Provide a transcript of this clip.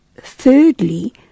thirdly